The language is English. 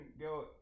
go